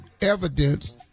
evidence